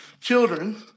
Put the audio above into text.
children